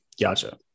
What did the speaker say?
Gotcha